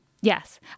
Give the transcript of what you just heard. Yes